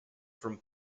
from